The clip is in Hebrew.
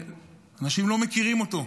אנשים לא מכירים אותו,